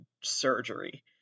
surgery